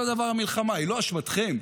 אותו דבר המלחמה, היא לא באשמתכם,